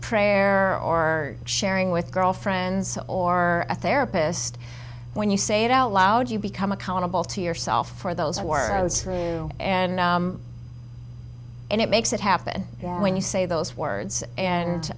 prayer or sharing with girlfriends or a therapist when you say it out loud you become accountable to yourself for those who are through and and it makes it happen when you say those words and